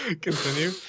Continue